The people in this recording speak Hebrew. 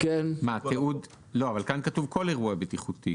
כאן כתוב כל אירוע בטיחותי.